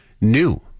new